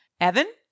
Evan